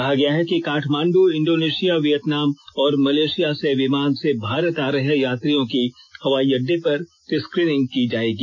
कहा गया है कि काठमांडू इंडोनेशिया वियतनाम और मलेशिया से विमान से भारत आ रहे यात्रियों की हवाई अड्डे पर स्क्रीनिंग की जायेगी